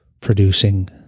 producing